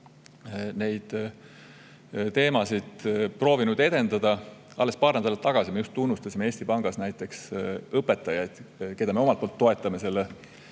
teemasid proovinud edendada. Alles paar nädalat tagasi me tunnustasime Eesti Pangas õpetajaid, keda me omalt poolt toetame selle